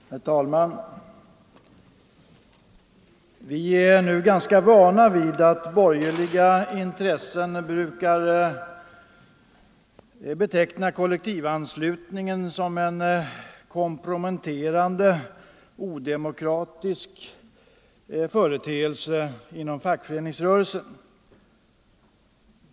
Herr talman! Vi är nu ganska vana vid att borgerliga intressen brukar beteckna kollektivanslutningen som en komprometterande odemokratisk företeelse inom fackföreningsrörelsen.